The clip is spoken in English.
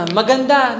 maganda